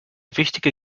wichtige